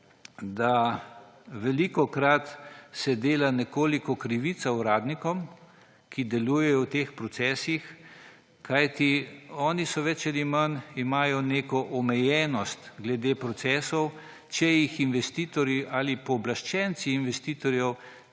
se velikokrat dela nekoliko krivica uradnikom, ki delujejo v teh procesih, kajti oni imajo neko omejenost glede procesov, če jih investitorji ali pooblaščenci investitorjev